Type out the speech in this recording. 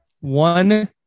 one